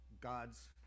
God's